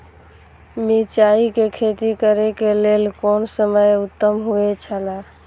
मिरचाई के खेती करे के लेल कोन समय उत्तम हुए छला?